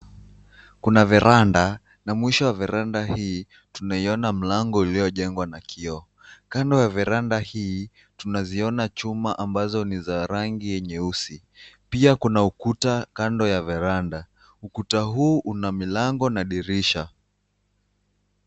Kuna veranda na mwisho wa veranda hii tunaiona mlango uliojengwa na kioo. Kando ya veranda hii tunaziona chuma ambazo ni za rangi nyeusi, pia kuna ukuta kando ya veranda. Ukuta huu una milango na dirisha.